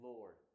Lord